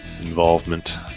involvement